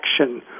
action